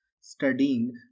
studying